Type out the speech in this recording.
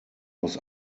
aus